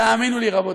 תאמינו לי, רבותי,